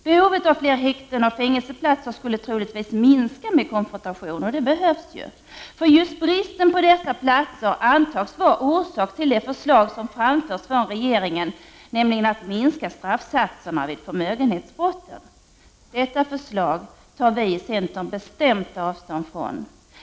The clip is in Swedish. Behovet av fler häkten och fängelseplatser skulle troligtvis minska med konfrontationer, vilket ju behövs. Just bristen på dessa platser antas vara orsak till det förslag som framförts från regeringen, nämligen att minska straffsatserna vid förmögenhetsbrotten. Detta förslag tar vi i centern bestämt avstånd från.